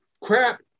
crap